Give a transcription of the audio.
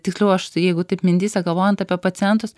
tiksliau aš jeigu taip mintyse galvojant apie pacientus